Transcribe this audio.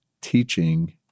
teaching